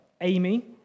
Amy